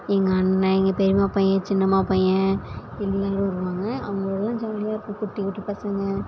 எங்கள் அண்ணன் எங்கள் பெரியம்மா பையன் சின்னம்மா பையன் எல்லோரும் வருவாங்க அவங்களோடலாம் ஜாலியாக இருக்கும் குட்டிக் குட்டி பசங்க